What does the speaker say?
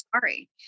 sorry